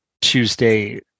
Tuesday